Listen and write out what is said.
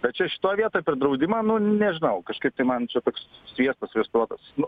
bet čia šitoj vietoj per draudimą nu nežinau kažkaip tai man čia toks sviestas sviestuotas